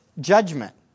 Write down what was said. judgment